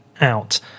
out